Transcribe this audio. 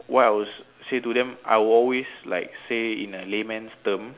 what I would say to them I would always like say it in a layman's term